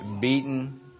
beaten